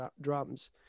drums